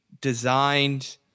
designed